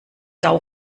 sau